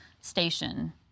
station